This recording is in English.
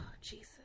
Jesus